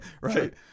Right